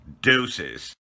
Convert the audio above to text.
Deuces